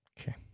Okay